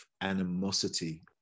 animosity